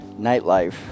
nightlife